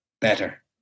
better